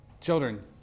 Children